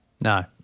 No